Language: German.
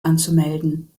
anzumelden